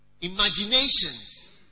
imaginations